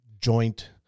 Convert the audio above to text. joint